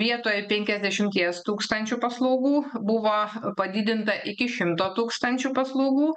vietoj penkiasdešimties tūkstančių paslaugų buvo padidinta iki šimto tūkstančių paslaugų